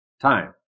time